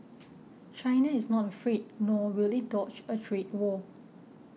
China is not afraid nor will it dodge a trade war